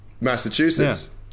Massachusetts